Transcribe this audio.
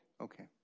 Okay